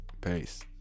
peace